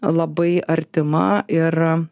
labai artima ir